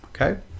Okay